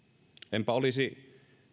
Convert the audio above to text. enpä olisi